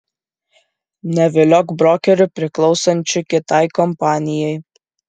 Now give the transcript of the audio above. neviliok brokerių priklausančių kitai kompanijai